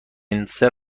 لنسر